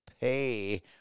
pay